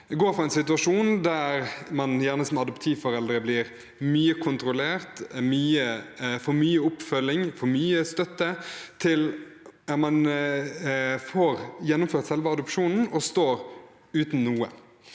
man går fra en situasjon der man som adoptivforeldre blir mye kontrollert, får mye oppfølging, får mye støtte, til man får gjennomført selve adopsjonen og står uten noe.